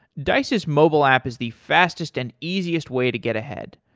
dice's mobile app is the fastest and easiest way to get ahead.